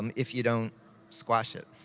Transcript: um if you don't squash it.